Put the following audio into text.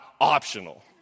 optional